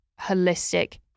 holistic